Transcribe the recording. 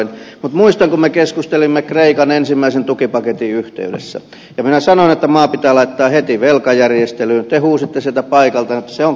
mutta muistan kun me keskustelimme kreikan ensimmäisen tukipaketin yhteydessä ja minä sanoin että maa pitää laittaa heti velkajärjestelyyn te huusitte sieltä paikaltanne että se on kauhein vaihtoehto